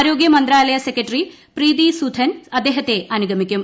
ആരോഗൃ മന്ത്രാലയ സെക്രട്ടറി പ്രീതി സുധൻ അദ്ദേഹത്തെ അനുഗമിക്കും